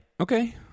Okay